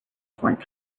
foreign